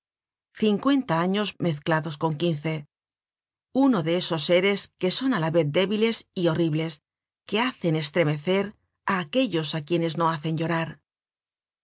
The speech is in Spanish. cincuenta años mezclados con quince uno de esos seres que son á la vez débiles y horribles y que hacen estremecer á aquellos á quienes no hacen llorar